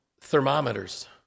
thermometers